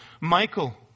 Michael